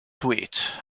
suite